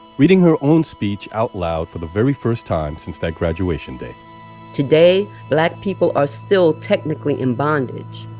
reading her own speech out loud for the very first time since that graduation day today, black people are still technically in bondage.